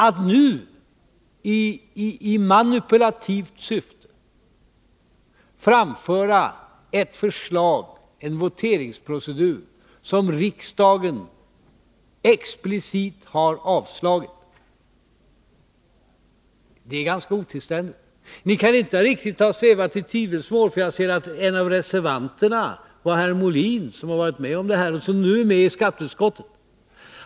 Att nu i manipulativt syfte framföra ett förslag om en voteringsprocedur som riksdagen explicit har avslagit är ganska otillständigt. Ni kan inte riktigt ha svävat i tvivelsmål, för jag ser att en av reservanterna då var herr Molin, som numera ingår i skatteutskottet.